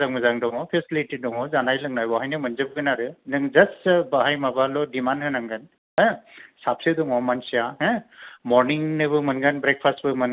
एसियानिफ्राय फैयो जेन'बा थाइलेनद बाइलेनद सायना जापान निफ्राय फैनाय फोरखौ आं गायद खालामजोबो आरो जोंनि बे सिकस सेदुलाव गोबां फोरा नेसारेल बेउथि दङ हो